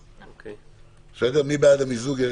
מי בעד המיזוג?